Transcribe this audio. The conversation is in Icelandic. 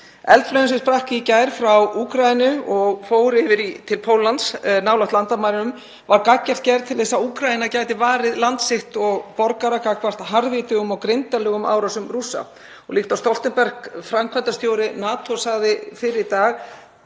Eldflaugin sem sprakk í gær frá Úkraínu og fór yfir til Póllands nálægt landamærunum var gagngert til þess að Úkraína gæti varið land sitt og borgara gagnvart harðvítugum og grimmdarlegum árásum Rússa. Líkt og Stoltenberg, framkvæmdastjóri NATO, sagði fyrr í dag